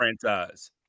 franchise